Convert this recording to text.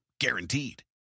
Guaranteed